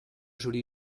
joli